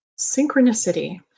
synchronicity